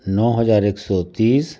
नौ हजार एक सौ तीस